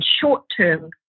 short-term